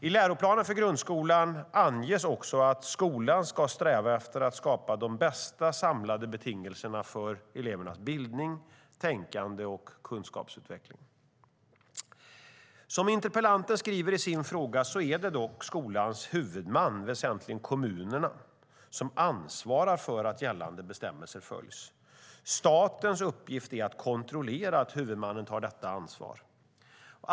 I läroplanen för grundskolan anges också att skolan ska sträva efter att skapa de bästa samlade betingelserna för elevernas bildning, tänkande och kunskapsutveckling. Som interpellanten skriver i sin fråga är det dock skolans huvudman, väsentligen kommunerna, som ansvarar för att gällande bestämmelser följs. Statens uppgift är att kontrollera att huvudmannen tar detta ansvar.